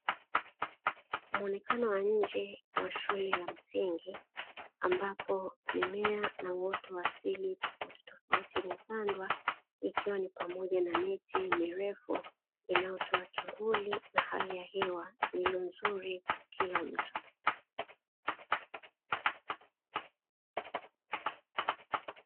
Muonekano wa nje wa shule ya msingi ambapo mimea na uoto wa asili tofautitofauti imepandwa; ikiwa ni pamoja na miti mirefu inayotoa kivuli na hali ya hewa iliyo nzuri kwa kila mtu.